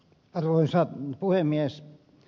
arvoisa puhemies